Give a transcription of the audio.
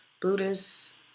Buddhist